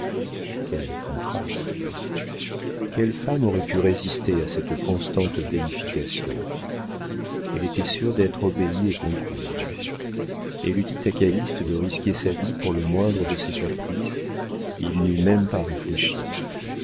quel contraste quelle femme aurait pu résister à cette constante déification elle était sûre d'être obéie et comprise elle eût dit à calyste de risquer sa vie pour le moindre de ses caprices il n'eût même pas réfléchi